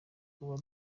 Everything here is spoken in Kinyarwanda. kuba